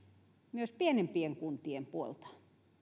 myös pienempien kuntien puolta